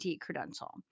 credential